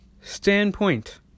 standpoint